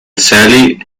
sally